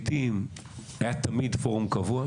היה תמיד פורום קבוע,